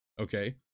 Okay